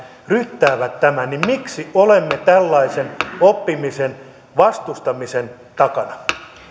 ryttäävät tämän miksi olemme tällaisen oppimisen vastustamisen takana